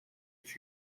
each